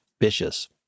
vicious